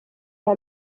iya